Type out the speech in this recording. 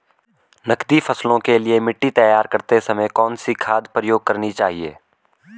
नकदी फसलों के लिए मिट्टी तैयार करते समय कौन सी खाद प्रयोग करनी चाहिए?